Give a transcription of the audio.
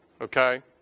okay